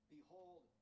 Behold